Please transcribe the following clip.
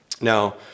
Now